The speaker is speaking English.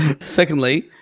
Secondly